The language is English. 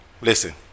Listen